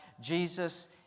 Jesus